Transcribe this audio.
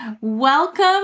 welcome